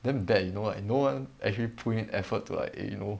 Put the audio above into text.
damn bad you know like no one actually put in effort to like eh you know